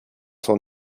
son